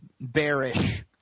bearish